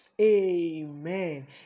amen